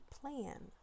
plan